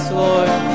lord